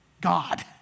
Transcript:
God